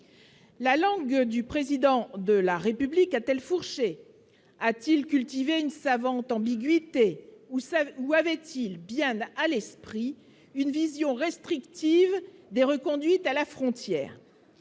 la langue du président de la République a-t-elle fourché à-t-il cultiver une savante ambiguïté ou ça ou avait-il bien à l'esprit une vision restrictive des reconduites à la frontière,